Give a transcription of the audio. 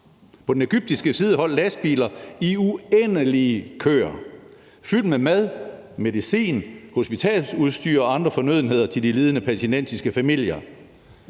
På den egyptiske side holdt lastbiler i uendelige køer fyldt med mad, medicin, hospitalsudstyr og andre fornødenheder til de lidende palæstinensiske familier.